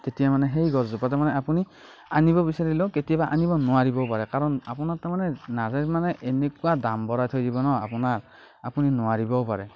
তেতিয়া মানে সেই গছজোপাতে মানে আপুনি আনিব বিচাৰিলেও কেতিয়াবা আনিব নোৱাৰিব পাৰে কাৰণ আপোনাৰ তাৰমানে নাৰ্চাৰীত মানে এনেকুৱা দাম বঢ়াই থৈ দিব নহয় আপোনাৰ আপুনি নোৱাৰিবও পাৰে